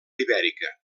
ibèrica